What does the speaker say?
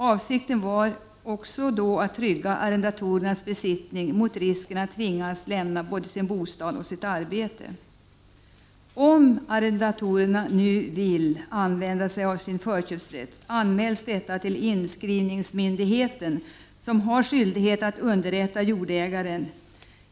Avsikten var också då att trygga arrendatorernas besittning mot risken att tvingas lämna sin bostad och sitt arbete. Om arrendatorn nu vill använda sig av sin förköpsrätt anmäls detta till inskrivningsmyndigheten, som har skyldighet att underrätta jordägaren.